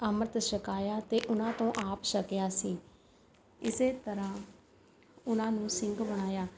ਅੰਮ੍ਰਿਤ ਛਕਾਇਆ ਅਤੇ ਉਹਨਾਂ ਤੋਂ ਆਪ ਛਕਿਆ ਸੀ ਇਸ ਤਰ੍ਹਾਂ ਉਨ੍ਹਾਂ ਨੂੰ ਸਿੰਘ ਬਣਾਇਆ